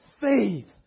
faith